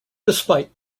despite